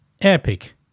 epic